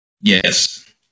Yes